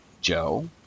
Joe